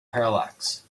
parallax